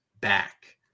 back